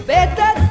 Better